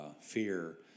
fear